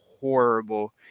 horrible